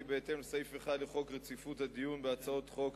כי בהתאם לסעיף 1 לחוק רציפות הדיון בהצעות חוק,